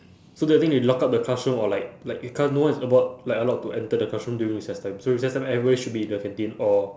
so the thing they lock up the classroom or like like you can't no one is allowed like allowed to enter the classroom during recess time so recess time everybody should be in the canteen or